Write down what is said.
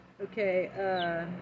Okay